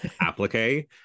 applique